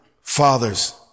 father's